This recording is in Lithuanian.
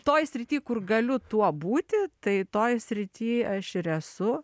toj srity kur galiu tuo būti tai toj srity aš ir esu